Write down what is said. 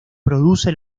produce